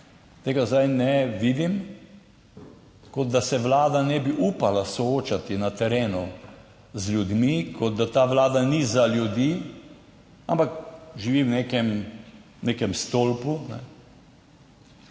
tega zdaj ne vidim. Kot, da se vlada ne bi upala soočati na terenu z ljudmi. Kot da ta vlada ni za ljudi, ampak živi v nekem stolpu.